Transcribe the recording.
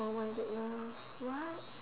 oh my goodness [what]